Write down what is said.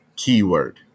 keyword